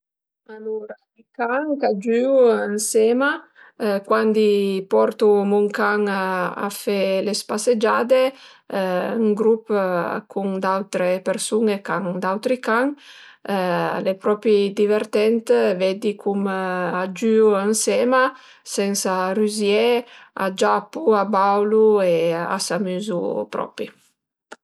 Alura i can chìa giüu ënsema cuandi i portu mun can a fe le spasegiade ën grup cun d'autre persun-e ch'an d'autri can, al e propi divertent veddi cume a giüu ënsema sensa rüzié, a giapu, a baulu e a s'amüzu propi